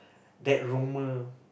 that rumor